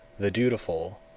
the dutiful,